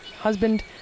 husband